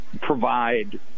provide